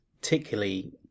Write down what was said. particularly